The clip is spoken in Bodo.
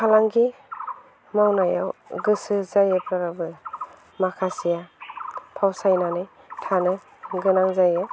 फालांगि मावनायाव गोसो जानायफोराबो माखासेया फावसायनानै थानो गोनां जायो